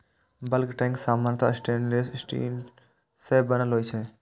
bulk tank सामान्यतः stainless steel सं बनल होइ छै